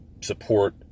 support